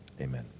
Amen